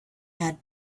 had